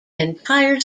entire